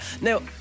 Now